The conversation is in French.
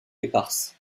éparses